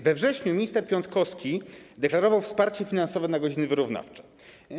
We wrześniu minister Piontkowski deklarował wsparcie finansowe na godziny wyrównawcze.